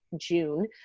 June